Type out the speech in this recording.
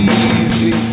easy